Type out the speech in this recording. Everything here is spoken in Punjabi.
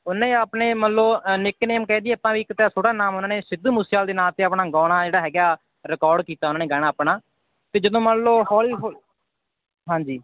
ਉਹਨਾਂ ਨੇ ਆਪਣੇ ਮੰਨ ਲਓ ਨਿਕ ਨੇਮ ਕਹਿ ਦਈਏ ਆਪਾਂ ਵੀ ਇੱਕ ਤਾਂ ਛੋਟਾ ਨਾਮ ਉਹਨਾਂ ਨੇ ਸਿੱਧੂ ਮੂਸੇਆਲੇ ਦੇ ਨਾਂ 'ਤੇ ਆਪਣਾ ਗਾਉਣਾ ਜਿਹੜਾ ਹੈਗਾ ਰਿਕੋਰਡ ਕੀਤਾ ਉਹਨਾਂ ਨੇ ਗਾਣਾ ਆਪਣਾ ਅਤੇ ਜਦੋਂ ਮੰਨ ਲਓ ਹੌਲੀ ਹੌਲੀ ਹਾਂਜੀ